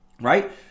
right